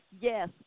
Yes